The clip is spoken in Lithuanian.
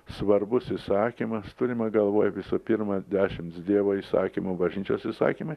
svarbus įsakymas turima galvoj visų pirma dešimts dievo įsakymų bažnyčios įsakymai